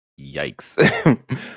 Yikes